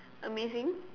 amazing